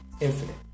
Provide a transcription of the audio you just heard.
infinite